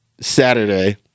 Saturday